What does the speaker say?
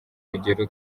rugero